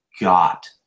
got